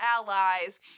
allies